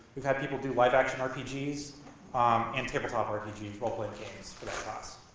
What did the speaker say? we've had people do live action rpgs and tabletop rpgs, role-playing games for that class.